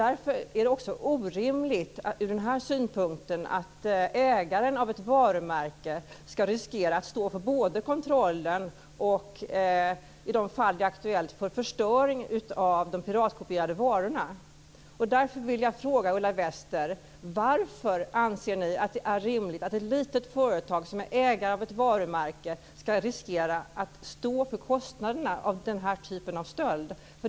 Därför är det också ur den här synpunkten orimligt att ägaren av ett varumärke ska riskera att stå för både kontrollen och, i de fall det blir aktuellt, förstöring av de piratkopierade varorna. Därför vill jag fråga Ulla Wester: Varför anser ni att det är rimligt att ett litet företag som äger ett varumärke ska riskera att stå för kostnaderna vid den här typen av stöld?